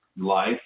Life